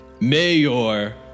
Mayor